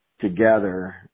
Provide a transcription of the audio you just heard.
together